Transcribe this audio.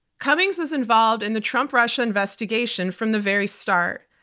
cummings is involved in the trump-russia investigation from the very start.